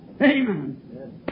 Amen